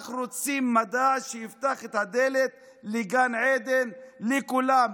אנחנו רוצים מדע שיפתח את הדלת לגן עדן לכולם,